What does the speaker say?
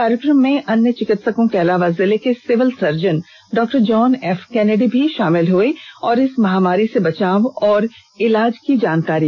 कार्यक्रम में अन्य चिकित्सकों के अलावा जिले के civil surgeon doctor John F Kennedy भी शामिल हुए और इस महामारी से बचाव और इलाज की जानकारी दी